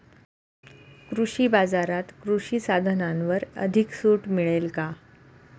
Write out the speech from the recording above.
कृषी बाजारात कृषी साधनांवर अधिक सूट मिळेल का?